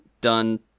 done